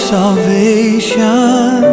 Salvation